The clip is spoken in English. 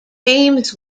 james